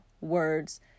words